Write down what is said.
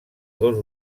dos